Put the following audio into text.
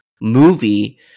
movie